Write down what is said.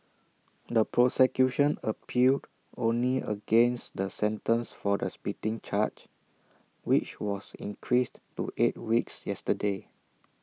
the prosecution appealed only against the sentence for the spitting charge which was increased to eight weeks yesterday